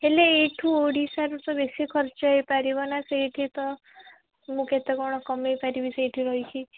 ହେଲେ ଏଇଠୁ ଓଡ଼ିଶାରେ ତ ବେଶୀ ଖର୍ଚ୍ଚ ହେଇପାରିବ ନା ସେଇଠି ତ ମୁଁ କେତେ କ'ଣ କମେଇ ପାରିବି ସେଇଠି ରହିକି